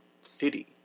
city